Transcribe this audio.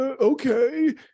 Okay